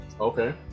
Okay